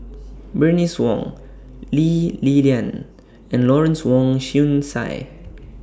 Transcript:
Bernice Wong Lee Li Lian and Lawrence Wong Shyun Tsai